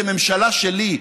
כממשלה שלי,